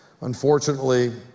Unfortunately